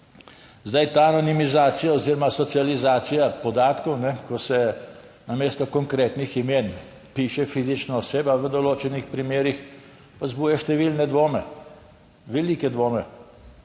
Zdaj, ta anonimizacija oziroma socializacija podatkov, ko se namesto konkretnih imen piše fizična oseba v določenih primerih, pa vzbuja številne dvome, velike dvome,